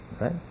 right